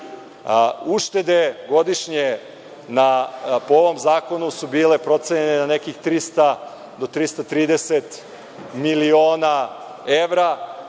Uštede godišnje po ovom zakonu su bile procenjene na nekih 300 do 330 miliona evra. Ako